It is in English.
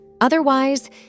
Otherwise